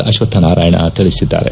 ಅಶ್ವಕ್ಷ ನಾರಾಯಣ ತಿಳಿಸಿದ್ದಾರೆ